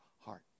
heart